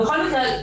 בכל מקרה,